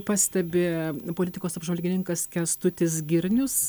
pastebi politikos apžvalgininkas kęstutis girnius